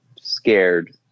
scared